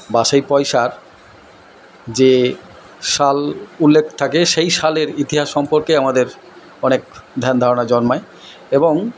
বা সেই পয়সার যে সাল উল্লেখ থাকে সেই সালের ইতিহাস সম্পর্কে আমাদের অনেক ধ্যান ধারণা জন্মায় এবং